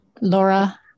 Laura